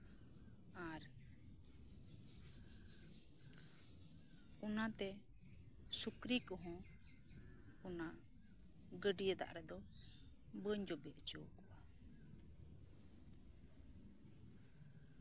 ᱟᱨ ᱚᱱᱟᱛᱮ ᱥᱩᱠᱨᱤ ᱠᱚᱦᱚᱸ ᱚᱱᱟ ᱜᱟᱹᱰᱤᱭᱟᱹ ᱫᱟᱜ ᱨᱮᱫᱚ ᱵᱟᱹᱧ ᱡᱚᱵᱮ ᱦᱚᱪᱚᱣᱟᱠᱚᱣᱟ